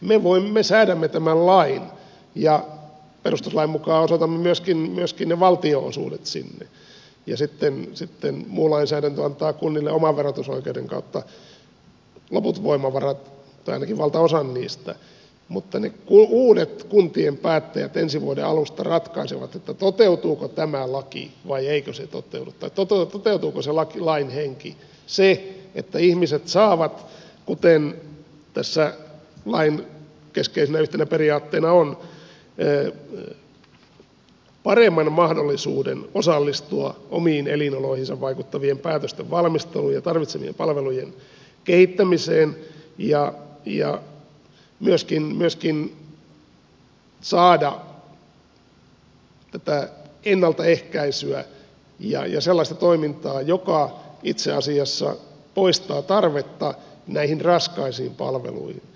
me säädämme tämän lain ja perustuslain mukaan osoitamme myöskin ne valtionosuudet sinne ja sitten muu lainsäädäntö antaa kunnille oman verotusoikeuden kautta loput voimavarat tai ainakin valtaosan niistä mutta ne uudet kuntien päättäjät ensi vuoden alusta ratkaisevat toteutuuko tämä laki vai eikö se toteudu tai toteutuuko se lain henki se että ihmiset saavat kuten tässä lain keskeisenä yhtenä periaatteena on paremman mahdollisuuden osallistua omiin elinoloihinsa vaikuttavien päätösten valmisteluun ja tarvitsemiensa palvelujen kehittämiseen ja myöskin saada tätä ennaltaehkäisyä ja sellaista toimintaa joka itse asiassa poistaa tarvetta näihin raskaisiin palveluihin